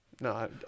No